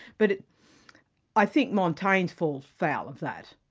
but i think montaigne falls foul of that.